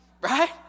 Right